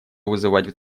вызывать